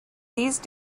these